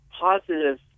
positive